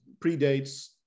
predates